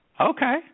Okay